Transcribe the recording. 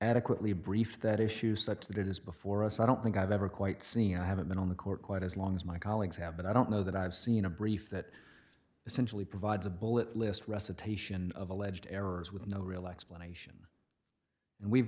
adequately brief that issue such that it is before us i don't think i've ever quite seen i haven't been on the court quite as long as my colleagues have been i don't know that i've seen a brief that essentially provides a bullet list recitation of alleged errors with no real explanation and we've